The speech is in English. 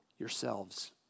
yourselves